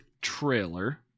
trailer